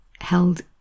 held